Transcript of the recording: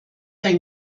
ein